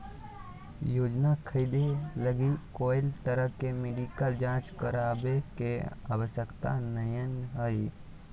योजना खरीदे लगी कोय तरह के मेडिकल जांच करावे के आवश्यकता नयय हइ